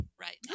right